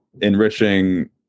enriching